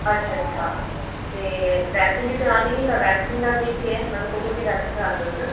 अच्छा अच्छा ते वैक्सिंग बी करानी ही ते वैक्सिंग दा केह् केह् ऐ मतलब की को्की कोह्की वैक्सिंग करांदे तुस